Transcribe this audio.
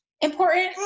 important